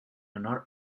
honor